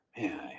Man